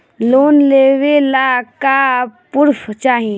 Loan लेवे ला का पुर्फ चाही?